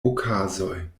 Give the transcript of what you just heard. okazoj